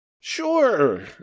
Sure